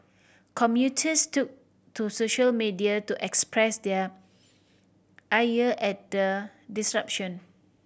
commuters took to social media to express their ire at the disruption